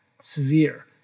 severe